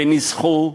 וניסחו,